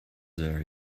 there